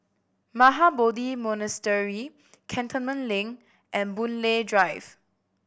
Mahabodhi Monastery Cantonment Link and Boon Lay Drive